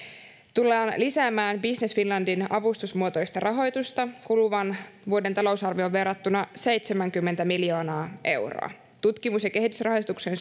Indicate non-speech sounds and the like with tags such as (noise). tullaan lisäämään business finlandin avustusmuotoista rahoitusta kuluvan vuoden talousarvioon verrattuna seitsemänkymmentä miljoonaa euroa tutkimus ja kehitysrahoituksen (unintelligible)